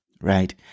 Right